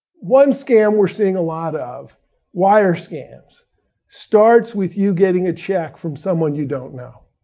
one scam we're seeing a lot of wire scams starts with you getting a check from someone you don't know.